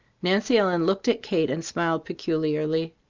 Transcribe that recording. nancy ellen looked at kate and smiled peculiarly.